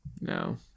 No